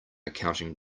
accounting